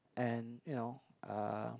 and you know uh